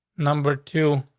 number two.